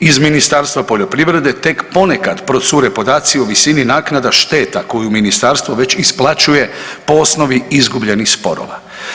Iz Ministarstva poljoprivrede tek ponekad procure podaci o visini naknada šteta koju ministarstvo već isplaćuje po osnovi izgubljenih sporova.